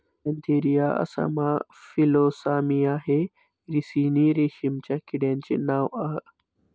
Antheraea assama Philosamia हे ricini रेशीमच्या किड्यांचे नाव आह